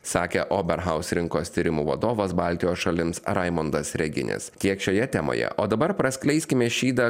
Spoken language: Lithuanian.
sakė ober haus rinkos tyrimų vadovas baltijos šalims raimondas reginis tiek šioje temoje o dabar praskleiskime šydą